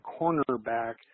cornerback